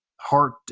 heart